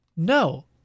No